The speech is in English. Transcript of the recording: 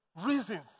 reasons